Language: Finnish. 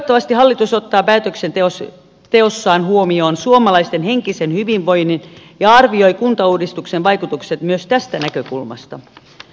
toivottavasti hallitus ottaa päätöksenteossaan huomioon suomalaisten henkisen hyvinvoinnin ja arvioi kuntauudistuksen vaikutukset myös tästä näkökulmasta